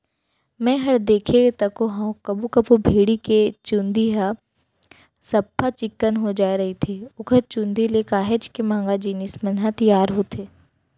मैंहर देखें तको हंव कभू कभू भेड़ी के चंूदी ह सफ्फा चिक्कन हो जाय रहिथे ओखर चुंदी ले काहेच के महंगा जिनिस मन ह तियार होथे